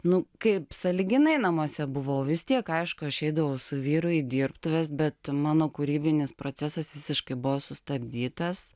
nu kaip sąlyginai namuose buvau vis tiek aišku aš eidavau su vyru į dirbtuves bet mano kūrybinis procesas visiškai buvo sustabdytas